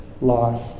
life